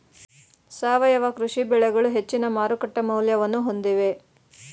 ಸಾವಯವ ಕೃಷಿ ಬೆಳೆಗಳು ಹೆಚ್ಚಿನ ಮಾರುಕಟ್ಟೆ ಮೌಲ್ಯವನ್ನು ಹೊಂದಿವೆ